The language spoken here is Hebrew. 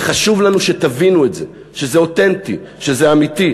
וחשוב לנו שתבינו את זה, שזה אותנטי, שזה אמיתי.